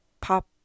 pop